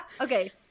Okay